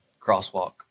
Crosswalk